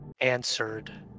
answered